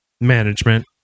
management